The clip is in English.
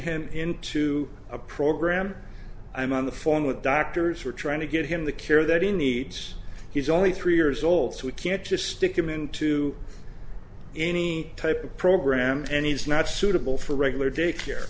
him into a program i'm on the form with doctors who are trying to get him the care that he needs he's only three years old so we can't just stick him into any type of program and he's not suitable for regular daycare